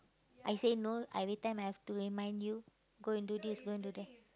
I say no everytime I have to remind you go and do this go and do that